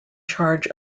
charge